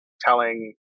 telling